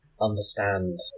understand